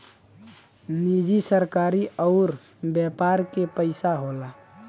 निजी सरकारी अउर व्यापार के पइसा होला